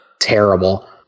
Terrible